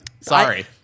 Sorry